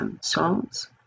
songs